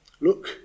look